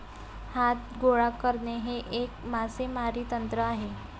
हात गोळा करणे हे एक मासेमारी तंत्र आहे